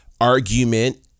argument